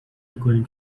میکنیم